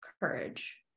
courage